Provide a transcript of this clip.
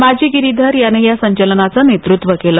माजी गिरीधर याने या संचलनाचं नेतृत्व केलं